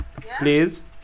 please